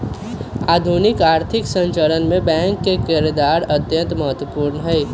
आधुनिक आर्थिक संरचना मे बैंक के किरदार अत्यंत महत्वपूर्ण हई